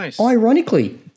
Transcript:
ironically